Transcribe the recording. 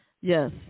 Yes